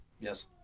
yes